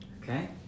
Okay